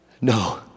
No